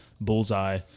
bullseye